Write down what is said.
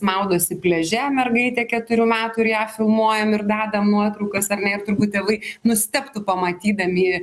maudosi pliaže mergaitė keturių metų ir ją filmuojam ir dedam nuotraukas ar ne ir turbūt tėvai nustebtų pamatydami